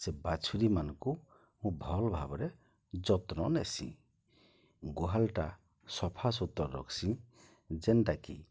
ସେ ବାଛୁରିମାନ୍କୁ ମୁଁ ଭଲ୍ ଭାବ୍ରେ ଯତ୍ନ ନେସି ଗୁହାଳ୍ଟା ସଫାସୁତର୍ ରଖ୍ସିଁ ଯେନ୍ଟାକି